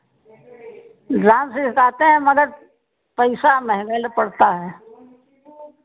dance सिखाते हैं मगर पैसा महंगा ले पड़ता है